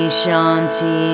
shanti